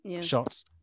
shots